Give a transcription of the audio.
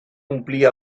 omplir